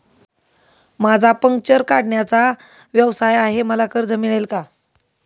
माझा पंक्चर काढण्याचा व्यवसाय आहे मला कर्ज मिळेल का?